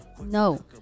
no